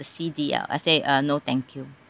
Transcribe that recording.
C_D_L I say uh no thank you